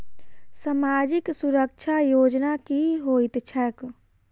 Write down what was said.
सामाजिक सुरक्षा योजना की होइत छैक?